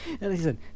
Listen